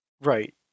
Right